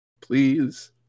Please